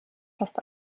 fast